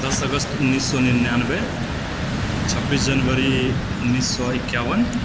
दस अगस्त उन्नीस सए निनानबे छबीस जनवरी उन्नीस सए एकाबन